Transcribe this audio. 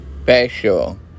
special